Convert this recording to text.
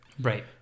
Right